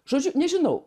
žodžiu nežinau